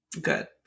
Good